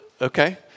Okay